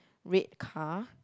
red car